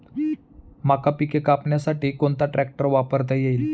मका पिके कापण्यासाठी कोणता ट्रॅक्टर वापरता येईल?